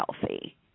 healthy